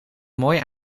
mooi